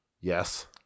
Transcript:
Yes